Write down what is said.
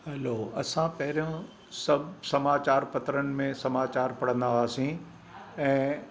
हलो असां पहिरियों सभु समाचार पत्रनि में समाचार पढ़ंदा हुआसीं ऐं